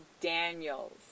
Daniels